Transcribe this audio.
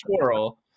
twirl